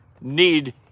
need